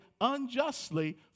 unjustly